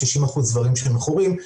נשים מכורות לעומת 60% גברים שהם מכורים,